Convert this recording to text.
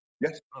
Yes